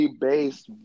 based